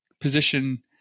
position